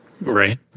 Right